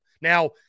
Now